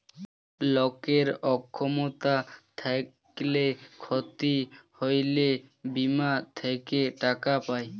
লকের অক্ষমতা থ্যাইকলে ক্ষতি হ্যইলে বীমা থ্যাইকে টাকা পায়